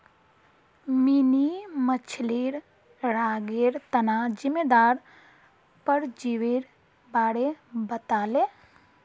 mini मछ्लीर रोगेर तना जिम्मेदार परजीवीर बारे बताले